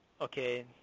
Okay